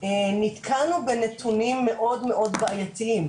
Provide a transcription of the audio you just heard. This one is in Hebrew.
אני פותחת את הדיון בנושא "המס הוורוד" בוועדה לפניות הציבור.